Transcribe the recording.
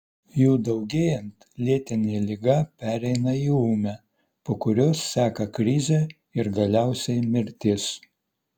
jų daugėjant lėtinė liga pereina į ūmią po kurios seka krizė ir galiausiai mirtis